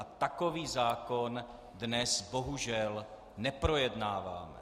A takový zákon dnes bohužel neprojednáváme.